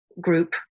group